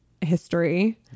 history